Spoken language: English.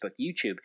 YouTube